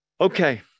Okay